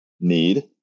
need